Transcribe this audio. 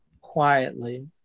quietly